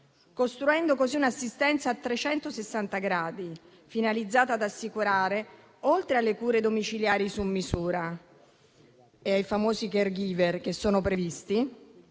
costruendo così un'assistenza a 360 gradi finalizzata ad assicurare, oltre alle cure domiciliari su misura e ai famosi *caregiver* che sono previsti,